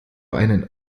einen